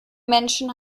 menschen